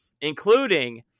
including